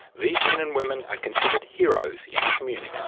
these men and women are considered heroes in the community.